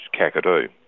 Kakadu